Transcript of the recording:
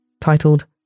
titled